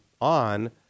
on